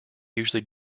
usually